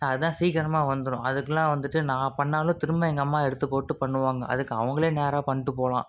அதுதான் சீக்கிரமா வந்துடும் அதுக்கெலாம் வந்துட்டு நான் பண்ணிணாலும் திரும்ப எங்கள் அம்மா எடுத்து போட்டு பண்ணுவாங்க அதுக்கு அவங்களே நேராக பண்ணிவிட்டு போகலாம்